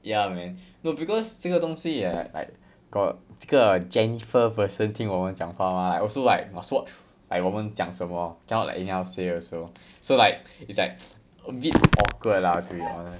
ya man no because 这个东西也 like like got 这个 jennifer person 听我们讲话 mah also like must watch like 我们讲什么 cannot like anyhow say also so like it's like a bit awkward lah to be honest